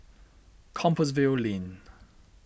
Compassvale Lane